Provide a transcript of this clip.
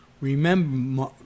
remember